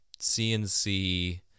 CNC